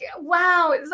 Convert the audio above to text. wow